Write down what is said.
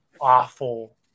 awful